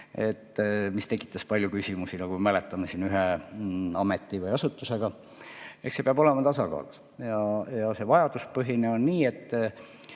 See tekitas palju küsimusi, nagu me mäletame, siin ühe ameti või asutusega. Eks see peab olema tasakaalus. See vajaduspõhine on nii, et